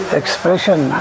expression